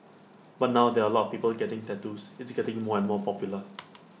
but now there are A lot of people getting tattoos it's getting more and more popular